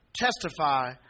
testify